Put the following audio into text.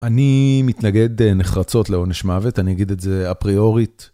אני מתנגד נחרצות לעונש מוות, אני אגיד את זה אפריאורית.